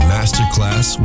Masterclass